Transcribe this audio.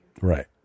Right